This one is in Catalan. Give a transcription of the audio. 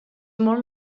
molt